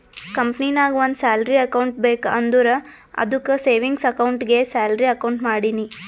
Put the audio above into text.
ಕಂಪನಿನಾಗ್ ಒಂದ್ salary account ಬೇಕ್ ಅಂದುರ್ ಅದ್ದುಕ್ ಸೇವಿಂಗ್ಸ್ ಅಕೌಂಟ್ಗೆ ಸ್ಯಾಲರಿ ಅಕೌಂಟ್ ಮಾಡಿನಿ